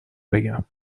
بگم